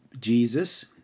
Jesus